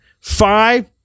Five